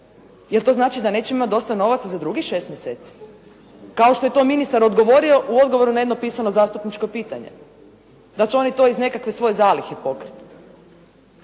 Jel' to znači da nećemo imati dosta novaca za drugih 6 mjeseci? Kao što je to ministar odgovorio na odgovoru na jedno pisano zastupničko pitanje. Da će oni to iz nekakve svoje zalihe pokriti.